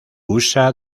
usa